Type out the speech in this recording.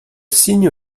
signe